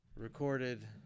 recorded